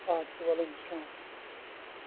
آدٕ کیٛاہ وعلیکُم سلام